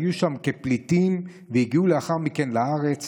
והיו שם כפליטים והגיעו לאחר מכן לארץ,